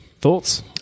Thoughts